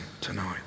tonight